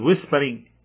whispering